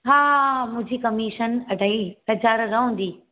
हा मुंहिंजी कमीशन अढाई हज़ार रहंदी